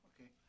Okay